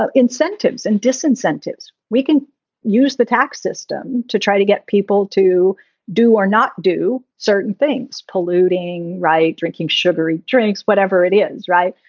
ah incentives and disincentives. we can use the tax system to try to get people to do or not do certain things, polluting, right. drinking, sugary drinks, whatever it is. right.